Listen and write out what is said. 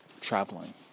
traveling